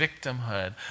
victimhood